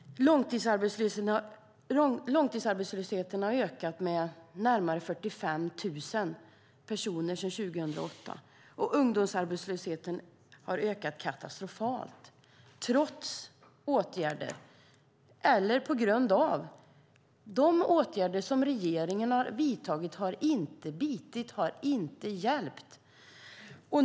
Långtidsarbetslösheten har ökat med närmare 45 000 personer sedan 2008, och ungdomsarbetslösheten har ökat katastrofalt trots åtgärder, eller på grund av dem. De åtgärder som regeringen har vidtagit har inte bitit. De har inte hjälpt.